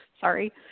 sorry